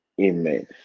Amen